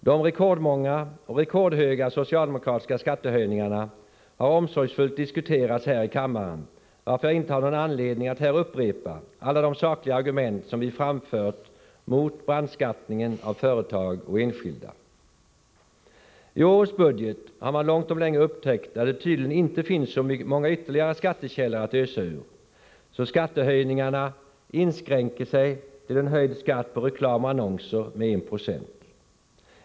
De rekordmånga och rekordhöga socialdemokratiska skattehöjningarna har omsorgsfullt diskuterats här i kammaren, varför jag inte har någon anledning att här upprepa alla de sakliga argument som vi framfört mot brandskattningen av företag och enskilda. I årets budget har man långt om länge upptäckt att det tydligen inte finns så många ytterligare skattekällor att ösa ur, så skattehöjningen inskränker sig till höjd skatt på reklam och annonser med 1 96.